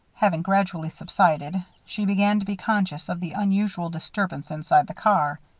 having gradually subsided, she began to be conscious of the unusual disturbance inside the car.